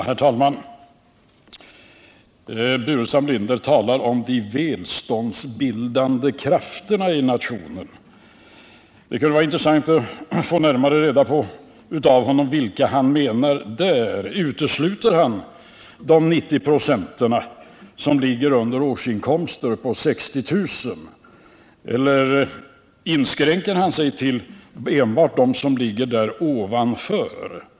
Herr talman! Staffan Burenstam Linder talar om de välståndsbildande krafterna i nationen. Det kunde vara intressant att få reda på vilka han menar. Utesluter han de 90 ?+ av arbetstagarna vilkas årsinkomster ligger under 60 000 kr.? Inskränker han sig alltså enbart till dem vilkas årsinkomster ligger ovanför det beloppet?